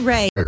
Ray